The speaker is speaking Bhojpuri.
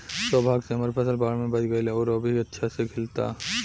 सौभाग्य से हमर फसल बाढ़ में बच गइल आउर अभी अच्छा से खिलता